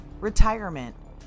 retirement